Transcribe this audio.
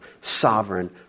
sovereign